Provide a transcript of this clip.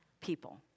people